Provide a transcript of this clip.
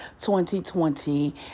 2020